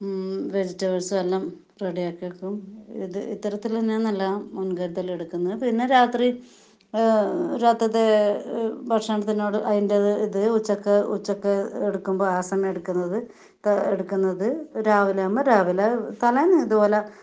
വെജിറ്റബിൾസും എല്ലാം റെഡി ആക്കി വയ്ക്കും ഇത് ഇത്തരത്തിൽ തന്നെയാണ് എല്ലാം മുൻകരുതൽ എടുക്കുന്നത് പിന്നെ രാത്രി രാത്രിയിലത്തെ ഭക്ഷണത്തിനോട് അതിന്റേത് ഇത് ഉച്ചയ്ക്ക് ഉച്ചയ്ക്ക് എടുക്കുമ്പോൾ ആ സമയം എടുക്കുന്നത് ഇപ്പം എടുക്കുന്നത് രാവിലെ ആകുമ്പോൾ രാവിലെ തലേന്ന് ഇതുപോലെ